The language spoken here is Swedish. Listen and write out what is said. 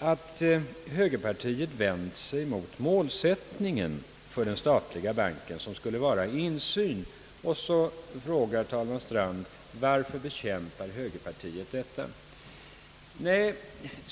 att högerpartiet vänt sig mot målsättningen för den statliga banken — som skulle vara att ge det allmänna insyn — och frågade: Varför bekämpar högerpartiet denna målsättning?